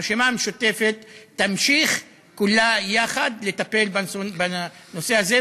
הרשימה המשותפת תמשיך כולה יחד לטפל בנושא הזה,